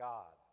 God